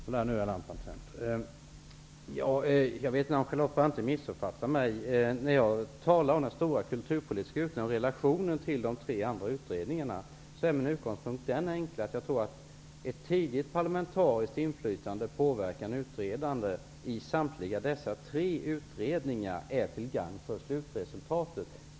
Fru talman! Jag vet inte om Charlotte Branting missuppfattade mig. När jag talar om den stora kulturpolitiska utredningen och relationen till de tre andra utredningarna har jag följande enkla utgångspunkt. Jag tror att ett tidigt parlamentariskt inflytande i samtliga tre utredningar är till gagn för slutresultatet.